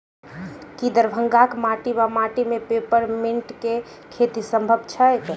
की दरभंगाक माटि वा माटि मे पेपर मिंट केँ खेती सम्भव छैक?